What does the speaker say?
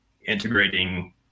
integrating